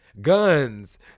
Guns